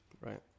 right